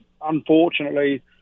unfortunately